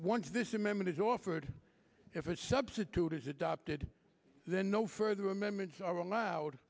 once this amendment is offered if a substitute is adopted then no further amendments are allowed